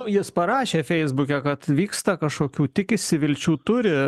jis parašė feisbuke kad vyksta kažkokių tikisi vilčių turi